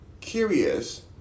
Curious